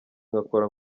nkakora